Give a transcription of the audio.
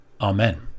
Amen